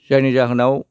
जायनि जाहोनाव